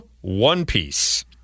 one-piece